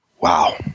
Wow